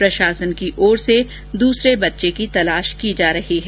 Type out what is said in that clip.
प्रशासन की ओर से दूसरे बच्चे की तलाश की जार रही है